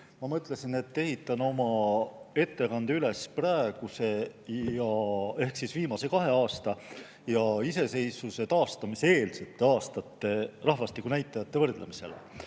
Ma mõtlesin, et ehitan oma ettekande üles viimase kahe aasta ja iseseisvuse taastamise eelsete aastate rahvastikunäitajate võrdlemisele.